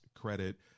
credit